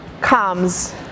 comes